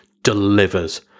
delivers